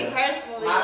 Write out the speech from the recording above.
personally